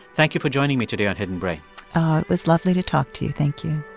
thank you for joining me today on hidden brain oh, it was lovely to talk to you. thank you